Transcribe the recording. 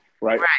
Right